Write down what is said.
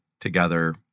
together